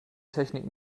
technik